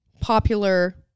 popular